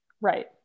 Right